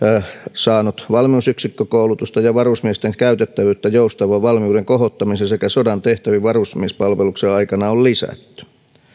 saanut valmiusyksikkökoulutusta ja varusmiesten käytettävyyttä joustavaan valmiuden kohottamiseen sekä sodan tehtäviin varusmiespalveluksen aikana on lisätty